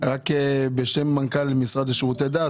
בשם מנכ"ל המשרד לשירותי דת,